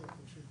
נכון,